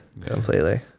completely